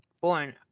born